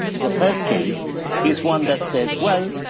the first case is one that says, well,